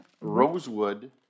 Rosewood